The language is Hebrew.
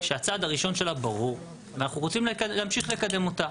שהצעד הראשון שלה ברור ואנחנו רוצים להמשיך לקדם אותה,